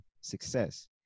success